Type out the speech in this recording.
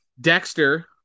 Dexter